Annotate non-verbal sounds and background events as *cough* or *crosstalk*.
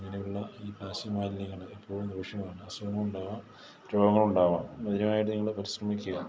അങ്ങനെയുള്ള ഈ പ്ലാസ്റ്റിക് മാലിന്യങ്ങ ൾ എപ്പോഴും ദോഷമാണ് അസുഖം ഉണ്ടാവാം രോഗങ്ങളുണ്ടവാം *unintelligible* നിങ്ങൾ പരിശ്രമിക്കുക